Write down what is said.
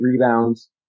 rebounds